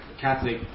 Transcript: Catholic